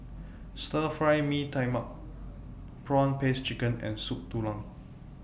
Stir Fry Mee Tai Mak Prawn Paste Chicken and Soup Tulang